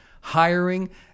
hiring